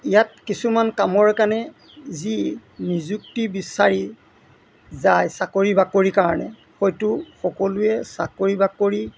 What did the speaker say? ইয়াত কিছুমান কামৰ কাৰণে যি নিযুক্তি বিচাৰি যায় চাকৰি বাকৰিৰ কাৰণে হয়টো সকলোৱে চাকৰি বাকৰি